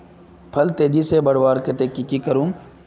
फल तेजी से बढ़वार केते की की करूम?